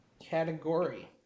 category